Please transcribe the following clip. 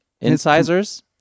incisors